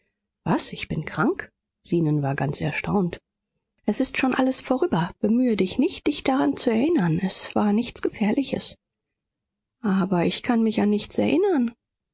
was ich bin krank zenon war ganz erstaunt es ist schon alles vorüber bemühe dich nicht dich daran zu erinnern es war nichts gefährliches aber ich kann mich an nichts erinnern